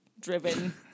driven